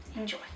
enjoy